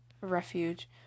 refuge